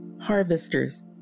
Harvesters